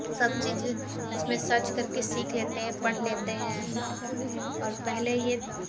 सब चीज़ उस में सर्च कर के सीख लेते हैं पढ़ लेते हैं और पहले ये